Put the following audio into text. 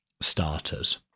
starters